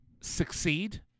succeed